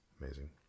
amazing